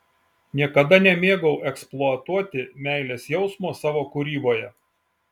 niekada nemėgau eksploatuoti meilės jausmo savo kūryboje